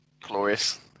glorious